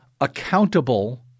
accountable